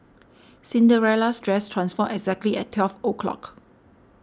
Cinderella's dress transformed exactly at twelve o'clock